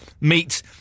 meet